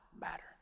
matter